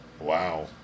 wow